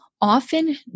often